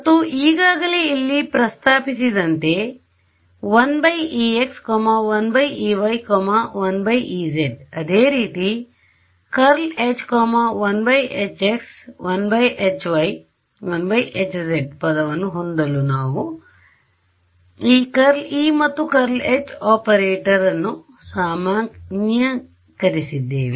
ಮತ್ತು ಈಗಾಗಲೇ ಇಲ್ಲಿ ಪ್ರಸ್ತಾಪಿಸಿದಂತೆ ಈಗ 1ex 1ey 1ez ಅದೇ ರೀತಿ ∇h 1hx 1hy 1hz ಪದವನ್ನು ಹೊಂದಲು ನಾವು ಈ ∇eಮತ್ತು ∇h ಆಪರೇಟರ್operator ಅನ್ನು ಸಾಮಾನ್ಯೀಕರಿಸಿದ್ದೇವೆ